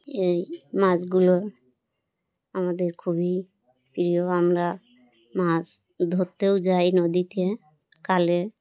এই মাছগুলো আমাদের খুবই প্রিয় আমরা মাছ ধরতেও যাই নদীতে কালে